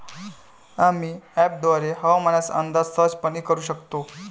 आम्ही अँपपद्वारे हवामानाचा अंदाज सहजपणे करू शकतो